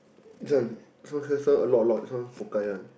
this one this one cancel a lot a lot this one pokai one